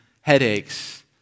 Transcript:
headaches